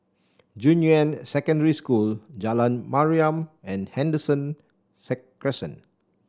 Junyuan Secondary School Jalan Mariam and Henderson Crescent